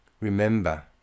Remember